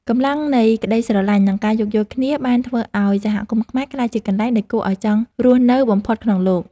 កម្លាំងនៃក្ដីស្រឡាញ់ និងការយោគយល់គ្នាបានធ្វើឱ្យសហគមន៍ខ្មែរក្លាយជាកន្លែងដែលគួរឱ្យចង់រស់នៅបំផុតក្នុងលោក។